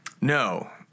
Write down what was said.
No